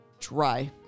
dry